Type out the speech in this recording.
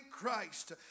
Christ